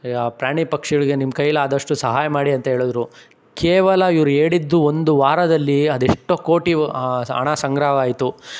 ಪ್ರಾಣಿ ಪಕ್ಷಿಗಳಿಗೆ ನಿಮ್ಮ ಕೈಲಾದಷ್ಟು ಸಹಾಯ ಮಾಡಿ ಅಂಥೇಳಿದ್ರು ಕೇವಲ ಇವರೇಳಿದ್ದು ಒಂದು ವಾರದಲ್ಲಿ ಅದೆಷ್ಟೋ ಕೋಟಿ ಹಣ ಸಂಗ್ರಹವಾಯ್ತು